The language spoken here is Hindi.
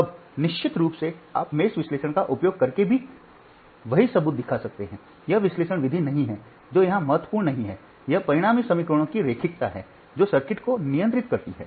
अब निश्चित रूप से आप मेष विश्लेषण का उपयोग करके भी वही सबूत दिखा सकते हैं यह विश्लेषण विधि नहीं है जो यहां महत्वपूर्ण नहीं है यह परिणामी समीकरणों की रैखिकता है जो सर्किट को नियंत्रित करती है